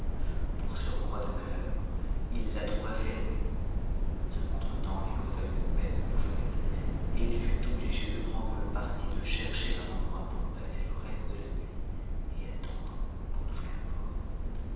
pour surcroit de malheur il la trouva fermée ce contre-temps lui causa une peine nouvelle et il fut obligé de prendre le parti de chercher un endroit pour passer le reste de la nuit et attendre qu'on ouvrit la porte